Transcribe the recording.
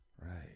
Right